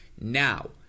Now